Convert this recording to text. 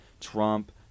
Trump